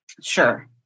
Sure